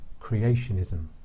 creationism